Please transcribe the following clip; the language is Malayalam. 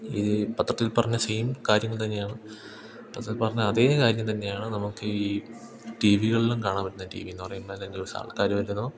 ഈ പത്രത്തിൽ പറഞ്ഞ സെയിം കാര്യങ്ങൾ തന്നെയാണ് പത്രത്തിൽ പറഞ്ഞ അതേ കാര്യം തന്നെയാണ് നമുക്ക് ഈ ടി വികളിലും കാണാൻ പറ്റുന്നത് ടി വിയെന്നു പറയുമ്പോൾ അതിനെ ദിവസം ആൾക്കാർ വരുന്നു